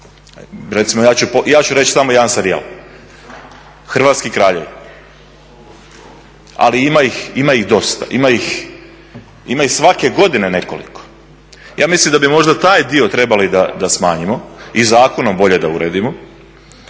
Recimo ja ću reći samo jedan serijal, hrvatski kraljevi. Ali ima ih dosta, ima ih svake godine nekoliko. Ja mislim da bi možda taj dio trebali da smanjimo i zakonom bolje da uredimo